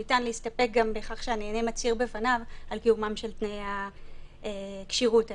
ניתן להסתפק גם בכך שהנהנה מצהיר בפניו על קיומם של תנאי הכשירות האלה.